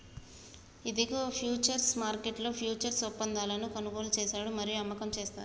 ఇదిగో ఫ్యూచర్స్ మార్కెట్లో ఫ్యూచర్స్ ఒప్పందాలను కొనుగోలు చేశాడు మరియు అమ్మకం చేస్తారు